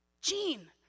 Gene